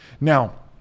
Now